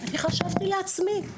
לשלם?״ ואני חשבתי לעצמי,